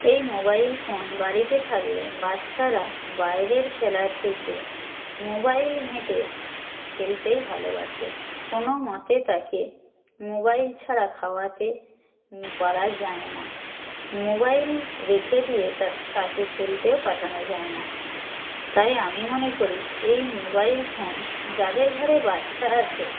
এই mobile phone বাড়িতে থাকলে বাচ্চারা বাইরের খেলার থেকে মোবাইল ঘেঁটে খেলতেই ভালোবাসে কোনো মতে তাকে মোবাইল ছাড়া খাওয়াতে পারা যায় না মোবাইল রেখে দিয়ে তাকে খেলতেও পাঠানো যায় না তাই আমি মনে করি এই মোবাইল ফোন যাদের ঘরে বাচ্চা আছে